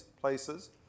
places